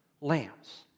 lambs